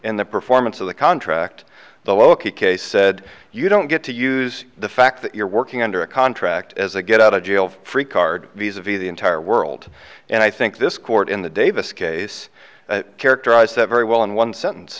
in the performance of the contract the ok said you don't get to use the fact that you're working under a contract as a get out of jail free card visa via the entire world and i think this court in the davis case characterized that very well in one sentence